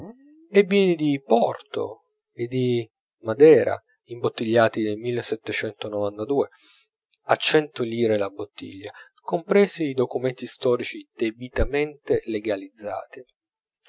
e vini di porto e di madera imbottigliati nel a cento lire la bottiglia compresi i documenti storici debitamente legalizzati